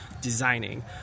designing